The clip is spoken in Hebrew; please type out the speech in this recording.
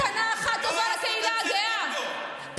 שכחתם איך הוא כינה אתכם ולא העזתם לצאת נגדו,